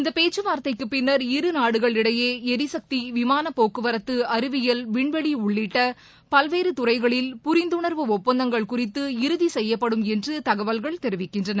இந்தபேச்சுவார்த்தைக்குப் பின்னர் இருநாடுகள் இடையேளரிசக்தி விமாளபோக்குவரத்து அறிவியல் விண்வெளிஉள்ளிட்டபல்வேறுதுறைகளில் புரிந்துணர்வு ஒப்பந்தங்கள் இறுதிசெய்யப்படும் குறித்து என்றுதகவல்கள் தெரிவிக்கின்றன